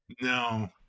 No